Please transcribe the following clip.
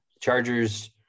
Chargers